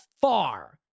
far